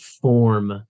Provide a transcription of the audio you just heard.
form